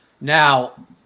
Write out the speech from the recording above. Now